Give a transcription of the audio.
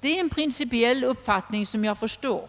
Det är en principiell uppfattning som jag förstår.